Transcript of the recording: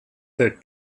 der